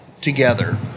together